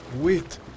wait